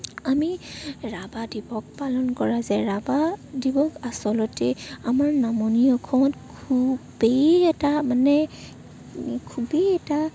আমি ৰাভা দিৱস পালন কৰা যায় ৰাভা দিৱস আচলতে আমাৰ নামনি অসমত খুবেই এটা মানে খুবেই এটা